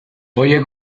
horiek